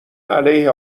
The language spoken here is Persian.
علیه